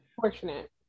Fortunate